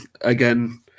again